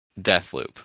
Deathloop